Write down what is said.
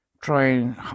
Trying